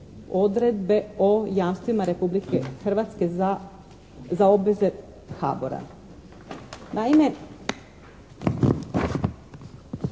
odredbe o jamstvima Republike Hrvatske za obveze HABOR-a.